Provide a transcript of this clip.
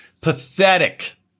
Pathetic